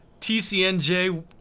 tcnj